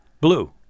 Blue